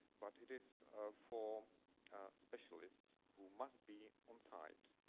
but it is for specialists who must be on-site,